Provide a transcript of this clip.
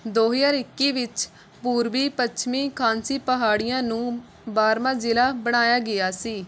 ਦੋ ਹਾਜ਼ਰ ਇੱਕੀ ਵਿੱਚ ਪੂਰਬੀ ਪੱਛਮੀ ਖਾਂਸੀ ਪਹਾੜੀਆਂ ਨੂੰ ਬਾਰਵਾਂ ਜ਼ਿਲ੍ਹਾ ਬਣਾਇਆ ਗਿਆ ਸੀ